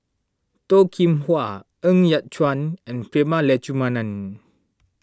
Toh Kim Hwa Ng Yat Chuan and Prema Letchumanan